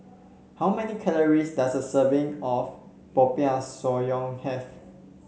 how many calories does a serving of Popiah Sayur have